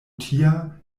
tia